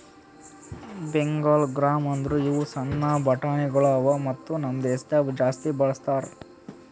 Bengal gram ಅಂದುರ್ ಇವು ಸಣ್ಣ ಬಟಾಣಿಗೊಳ್ ಅವಾ ಮತ್ತ ನಮ್ ದೇಶದಾಗ್ ಜಾಸ್ತಿ ಬಳ್ಸತಾರ್